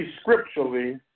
scripturally